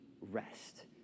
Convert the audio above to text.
rest